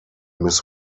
miss